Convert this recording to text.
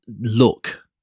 look